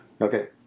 Okay